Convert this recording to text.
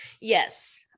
Yes